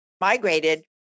migrated